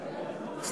אני אסביר.